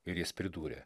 ir jis pridūrė